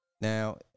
Now